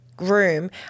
room